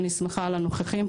אני שמחה על הנוכחים.